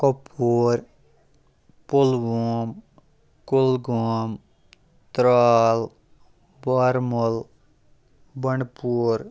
Kupwara Pulwama Kulgam Tral Varmul Bandipora